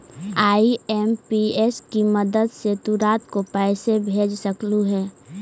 IMPS की मदद से तु रात को पैसे भेज सकलू हे